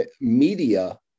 media